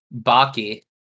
Baki